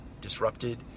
disrupted